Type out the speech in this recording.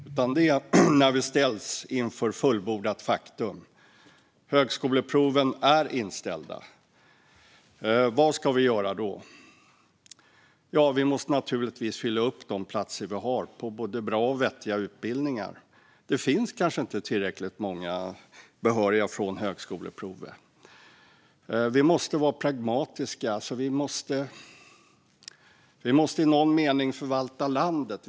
Det handlar alltså om när vi ställs inför fullbordat faktum att högskoleproven är inställda och vad vi ska göra då. Vi måste då naturligtvis fylla upp de platser som vi har på bra och vettiga utbildningar. Det finns kanske inte tillräckligt många behöriga från högskoleprovet. Vi måste vara pragmatiska, och vi måste i någon mening förvalta landet.